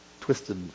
twisted